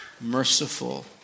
merciful